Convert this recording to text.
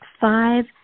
five